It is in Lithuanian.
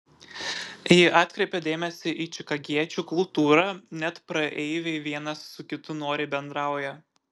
ji atkreipė dėmesį į čikagiečių kultūrą net praeiviai vienas su kitu noriai bendrauja